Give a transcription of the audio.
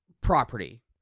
property